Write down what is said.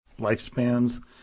lifespans